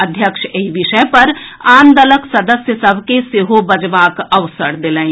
अध्यक्ष एहि विषय पर आन दलक सदस्य सभ के सेहो बजबाक अवसर देलनि